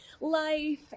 life